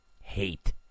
hate